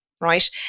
right